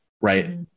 right